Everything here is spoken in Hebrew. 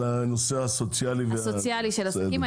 לגבי הצד הסוציאלי של העסקים.